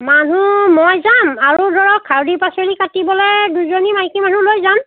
মানুহ মই যাম আৰু ধৰক খাৰলি পাচলি কাটিবলৈ দুজনী মাইকী মানুহ লৈ যাম